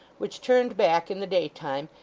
which turned back in the day-time,